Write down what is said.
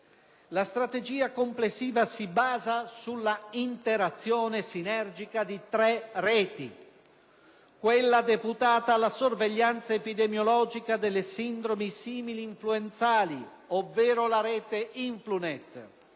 La strategia complessiva si basa sull'interazione sinergica di tre reti: quella deputata alla sorveglianza epidemiologica delle sindromi similinfluenzali ovvero la rete INFLUNET,